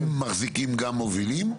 הם מחזיקים גם מובילים?